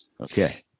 Okay